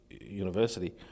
University